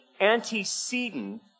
antecedent